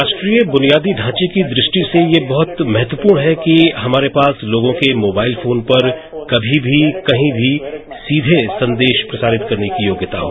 राष्ट्रीय बुनियादी ढांचे की दृष्टि से यह बहुत महत्वपूर्ण है कि हमारे पास लोगों के मोबाइल फोन पर कभी भी कहीं भी सीधे संदेश प्रसारित करने की योग्यता हो